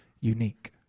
unique